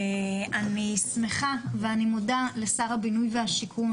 אני שמחה, ואני מודה לשר הבינוי והשיכון